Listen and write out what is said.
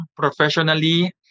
professionally